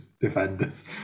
defenders